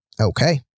okay